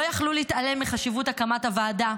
לא יכלו להתעלם מחשיבות הקמת הוועדה.